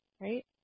right